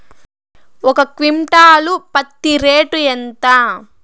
ఒక క్వింటాలు పత్తి రేటు ఎంత?